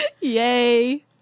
Yay